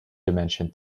dimension